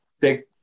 take